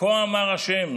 "כה אמר ה'